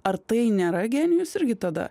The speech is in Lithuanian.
ar tai nėra genijus irgi tada